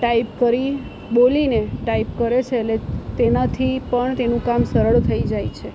type કરી બોલીને type કરે છે એટલે તેનાથી પણ તેનું કામ સરળ થઈ જાય છે